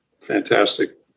Fantastic